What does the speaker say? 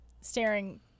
staring